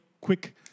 quick